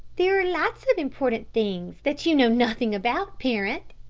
there are lots of important things that you know nothing about, parent,